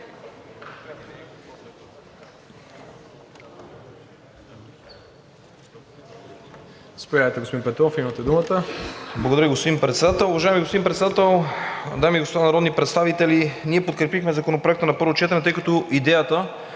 Благодаря, господин Председател.